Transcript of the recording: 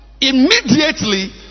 immediately